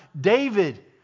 David